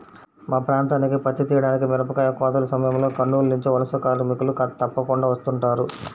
మా ప్రాంతానికి పత్తి తీయడానికి, మిరపకాయ కోతల సమయంలో కర్నూలు నుంచి వలస కార్మికులు తప్పకుండా వస్తుంటారు